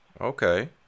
Okay